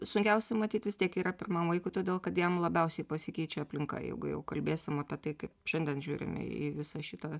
sunkiausia matyt vis tiek yra pirmam vaikui todėl kad jam labiausiai pasikeičia aplinka jeigu jau kalbėsim apie tai kaip šiandien žiūrim į visą šitą